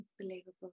Unbelievable